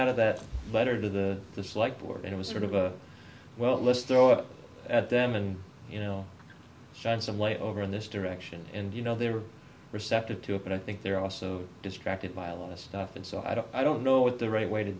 out of that letter to the disliked board it was sort of well let's throw it at them and you know shine some light over in this direction and you know they were receptive to it but i think they're also distracted by a lot of stuff and so i don't i don't know what the right way to